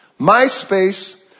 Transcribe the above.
MySpace